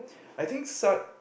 I think Sat